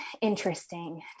interesting